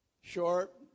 short